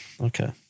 Okay